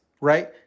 right